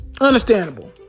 Understandable